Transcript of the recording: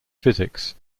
physics